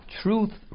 truth